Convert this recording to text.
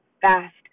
fast